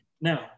Now